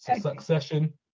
Succession